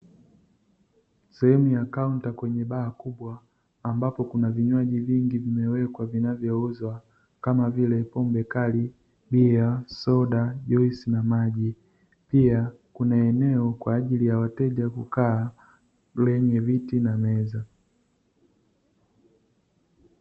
Sehemu ya kaunta kwenye baa kubwa, ambapo kuna vinywaji vingi vimewekwa vinavyouzwa kama vile pombe kali, bia, soda, juisi na maji. Pia kuna eneo kwa ajili ya wateja kukaa, lenye viti na meza.